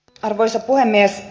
arvoisa puhemies